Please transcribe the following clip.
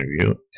interview